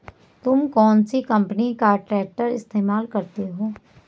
तुम कौनसी कंपनी का ट्रैक्टर इस्तेमाल करते हो?